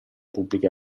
pubbliche